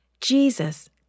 Jesus